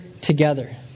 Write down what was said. together